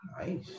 Nice